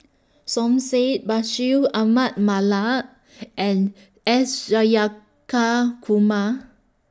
Som Said Bashir Ahmad Mallal and S